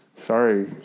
sorry